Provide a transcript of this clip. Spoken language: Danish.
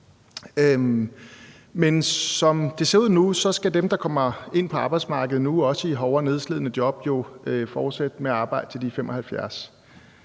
Men som det ser ud nu, skal dem, der kommer ind på arbejdsmarkedet nu, også i hårde og nedslidende job, jo fortsætte med at arbejde, til de 75